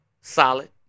solid